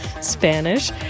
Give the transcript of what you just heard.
Spanish